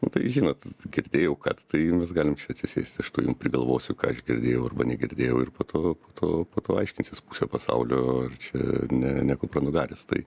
nu tai žinot girdėjau kad tai nu mes galim čia atsisėsti aš tai jums prigalvosiu ką aš girdėjau arba negirdėjau ir po to po to po to aiškinsis pusę pasaulio ar čia ne ne kupranugaris tai